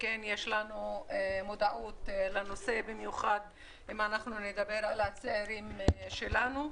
ויש לנו מודעות לנושא במיוחד בקרב הצעירים שלנו.